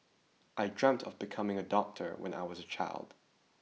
I dreamt of becoming a doctor when I was a child